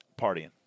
partying